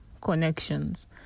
connections